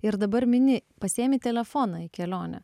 ir dabar mini pasiemi telefoną į kelionę